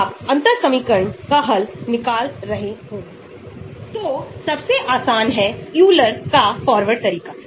k ester hydrolysis के लिए स्थिर दर है